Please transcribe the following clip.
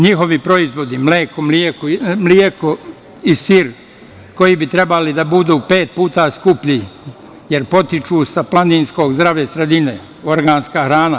Njihovi proizvodi, mleko i sir koji bi trebali da budu pet puta skuplji, jer potiču sa planinsko zdrave sredine, organska hrana.